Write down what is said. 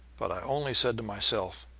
but i only said to myself,